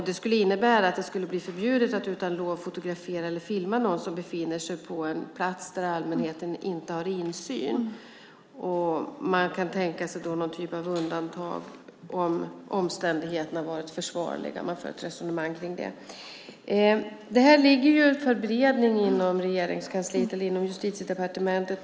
Det skulle innebära att det skulle bli förbjudet att utan lov fotografera eller filma någon som befinner sig på en plats där allmänheten inte har insyn. Man kan tänka sig någon typ av undantag om omständigheterna har varit försvarliga. Man för ett resonemang om detta. Det här ligger för beredning inom Justitiedepartementet.